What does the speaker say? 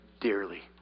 dearly